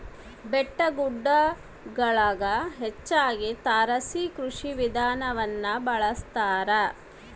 ಬೆಟ್ಟಗುಡ್ಡಗುಳಗ ಹೆಚ್ಚಾಗಿ ತಾರಸಿ ಕೃಷಿ ವಿಧಾನವನ್ನ ಬಳಸತಾರ